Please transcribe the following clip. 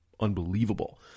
unbelievable